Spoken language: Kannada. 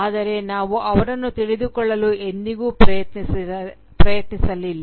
ಆದರೆ ನಾವು ಅವರನ್ನು ತಿಳಿದುಕೊಳ್ಳಲು ಎಂದಿಗೂ ಪ್ರಯತ್ನಿಸಲಿಲ್ಲ